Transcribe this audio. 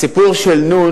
הסיפור של נ',